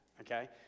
okay